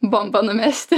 bombą numesti